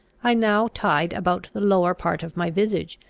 i now tied about the lower part of my visage,